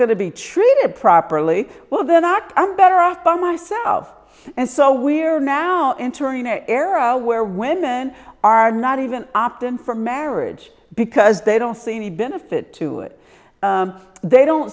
going to be treated properly well then i'm better off by myself and so we're now entering a era where women are not even opting for marriage because they don't see any benefit to it they don't